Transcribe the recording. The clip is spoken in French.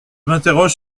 m’interroge